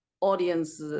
audience